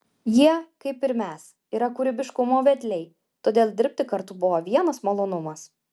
jie kaip ir mes yra kūrybiškumo vedliai todėl dirbti kartu buvo vienas malonumas